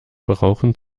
brauchen